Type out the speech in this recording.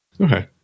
Okay